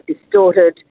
distorted